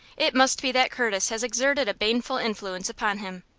it must be that curtis has exerted a baneful influence upon him.